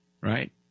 right